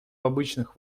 обычных